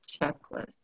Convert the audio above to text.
checklist